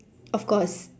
of course